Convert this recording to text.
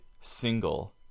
single